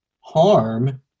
harm